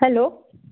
hello